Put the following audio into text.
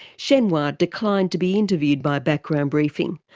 shenhua declined to be interviewed by background briefing,